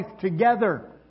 together